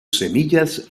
semillas